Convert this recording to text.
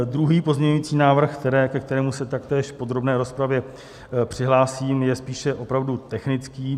Druhý pozměňovací návrh, ke kterému se taktéž v podrobné rozpravě přihlásím, je spíše opravdu technický.